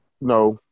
No